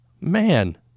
Man